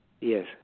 Yes